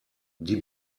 die